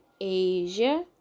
asia